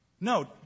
No